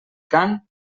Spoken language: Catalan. cant